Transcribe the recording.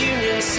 Union